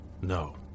No